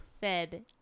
Fed